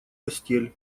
постель